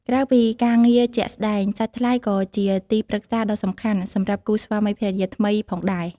ក្រៅពីការងារជាក់ស្ដែង សាច់ថ្លៃក៏ជា ទីប្រឹក្សាដ៏សំខាន់ សម្រាប់គូស្វាមីភរិយាថ្មីផងដែរ។